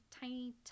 tiny